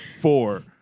four